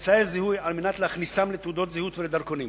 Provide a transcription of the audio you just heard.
אמצעי זיהוי כדי להכניסם לתעודות זהות ולדרכונים.